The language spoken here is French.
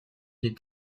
est